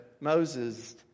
Moses